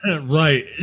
Right